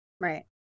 right